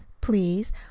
please